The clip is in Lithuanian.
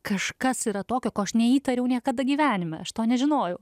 kažkas yra tokio ko aš neįtariau niekada gyvenime aš to nežinojau